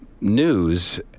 news